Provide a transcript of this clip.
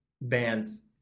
bands